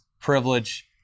privilege